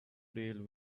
deal